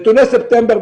נתוני ספטמבר,